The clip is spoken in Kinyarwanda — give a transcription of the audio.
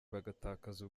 bagatakaza